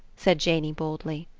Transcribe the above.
said janey boldly.